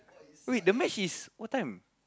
wait the match is what time